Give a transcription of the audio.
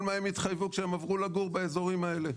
מה הם התחייבו כשהם עברו לגור באזורים האלה.